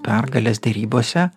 pergales derybose